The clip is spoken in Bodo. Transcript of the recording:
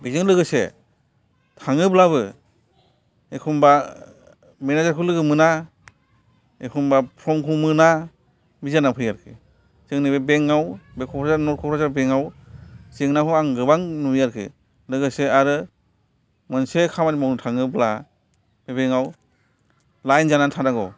बिजों लोगोसे थाङोब्लाबो एखम्बा मेनाजारखौ लोगो मोना एखम्बा फ्रमखौ मोना बिदि जानानै फैयो आरोखि जोंनि बे बेंकआव बे क'क्राझार नर्द क'क्राझार बेंकआव जेंनाखौ आं गोबां नुयो आरोखि लोगोसे आरो मोनसे खामानि मावनो थाङोब्ला बेंकआव लाइन जानानै थानांगौ